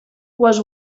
was